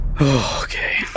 Okay